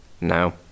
No